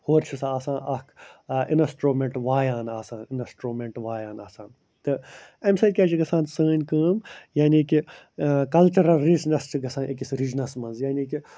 ہورٕ چھِس آسان اَکھ اِنٛسٹرٛومٮ۪نٛٹہٕ وایان آسان اِنٛسٹرٛومٮ۪نٹہٕ وایان آسان تہٕ اَمہِ سۭتۍ کیٛاہ چھِ گژھان سٲنۍ کٲم یعنی کہِ کَلچَرَل رِجنَس چھِ گژھان أکِس رِجنَس منٛز یعنی کہِ